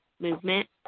movement